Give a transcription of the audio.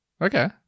Okay